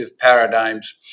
paradigms